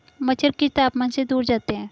मच्छर किस तापमान से दूर जाते हैं?